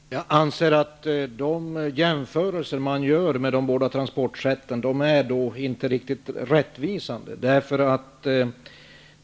Herr talman! Jag anser att de jämförelser som görs mellan de båda transportsätten inte är riktigt rättvisande.